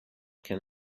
can